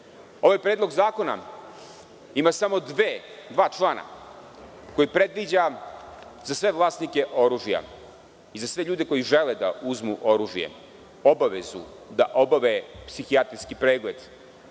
predlog zakona ima samo dva člana i on predviđa za sve vlasnike oružja i za sve ljude koji žele da uzmu oružje obavezu da obave psihijatrijski pregled